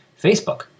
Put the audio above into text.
Facebook